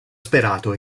sperato